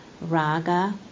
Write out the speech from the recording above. raga